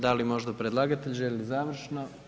Da li možda predlagatelj želi završno?